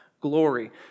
glory